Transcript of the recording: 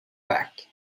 back